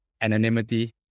anonymity